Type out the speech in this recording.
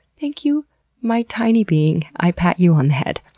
thank you my tiny being. i pat you on the head.